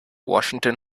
washington